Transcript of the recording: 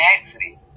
accident